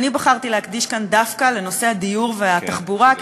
אני בחרתי להקדיש כאן דווקא לנושאי הדיור והתחבורה,